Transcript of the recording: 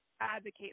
advocate